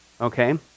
Okay